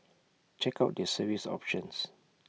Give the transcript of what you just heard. check out their service options